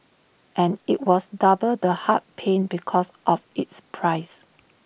and IT was double the heart pain because of its price